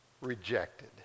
rejected